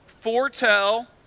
foretell